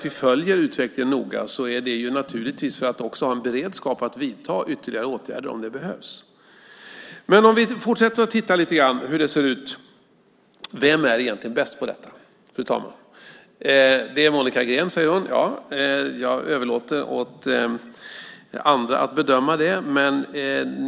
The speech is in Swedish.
Vi följer utvecklingen noga för att ha en beredskap att vidta ytterligare åtgärder om det behövs. Låt oss fortsätta att titta lite grann på hur det ser ut. Vem är egentligen bäst på detta, fru talman? Det är jag, säger Monica Green. Jag överlåter åt andra att bedöma det.